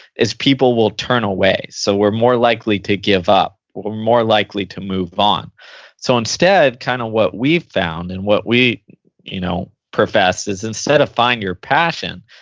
is people will turn away. so, we're more likely to give up. we're more likely to move on so instead, kind of what we've found and what we you know profess is instead of find your passion,